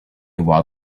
while